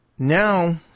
Now